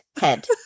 head